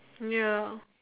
ya